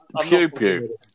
Pew-pew